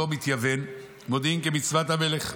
אותו מתייוון, "במודיעים כמצוות המלך.